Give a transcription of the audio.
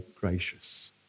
gracious